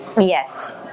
Yes